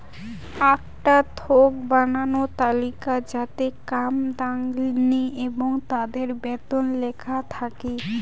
আকটা থোক বানানো তালিকা যাতে কাম তাঙনি এবং তাদের বেতন লেখা থাকি